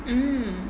mm